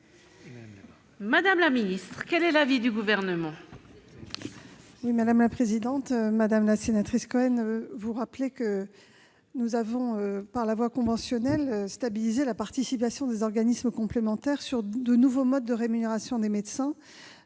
trahir sa parole. Quel est l'avis du Gouvernement ? Madame la sénatrice, vous rappelez que nous avons, par la voie conventionnelle, stabilisé la participation des organismes complémentaires aux nouveaux modes de rémunération des médecins-